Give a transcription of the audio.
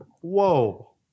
Whoa